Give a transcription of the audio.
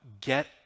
get